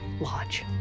Lodge